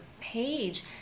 page